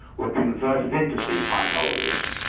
were converted into seaside holidays.